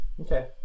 Okay